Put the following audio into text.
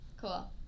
Cool